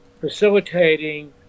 facilitating